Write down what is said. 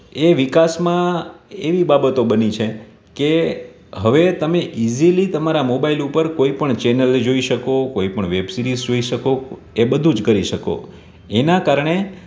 એ વિકાસમાં એવી બાબતો બની છે કે હવે તમે ઇઝીલી તમારા મોબાઈલ ઉપર કોઈ પણ ચેનલને જોઈ શકો કોઈ પણ વેબ સીરિસ જોઈ શકો એ બધું જ કરી શકો એનાં કારણે